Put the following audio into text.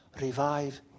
Revive